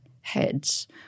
heads